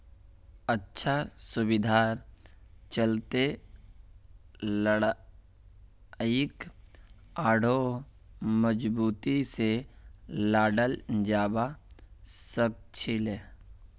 अच्छा सुविधार चलते लड़ाईक आढ़ौ मजबूती से लड़ाल जवा सखछिले